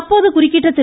அப்போது குறுக்கிட்ட திரு